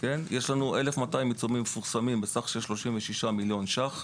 פרסמנו 1,200 עיצומים בסך של 36 מיליון ש"ח.